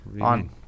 on